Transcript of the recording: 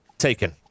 Taken